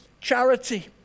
charity